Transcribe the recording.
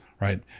Right